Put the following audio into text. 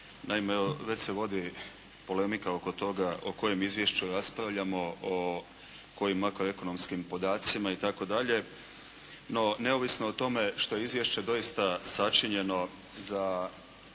već se vodi polemika oko toga o kojem izvješću raspravljamo, o kojim makroekonomskim podacima itd. No, neovisno o tome što je izvješće doista sačinjeno za prvu